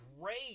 great